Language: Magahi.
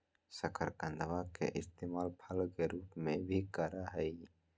शकरकंदवा के इस्तेमाल फल के रूप में भी करा हई